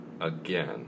again